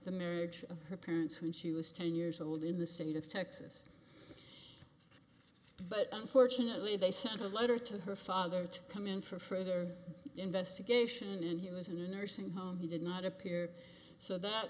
the marriage of her parents who she was ten years old in the city of texas but unfortunately they sent a letter to her father to come in for further investigation and he was in a nursing home he did not appear so that